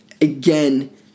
again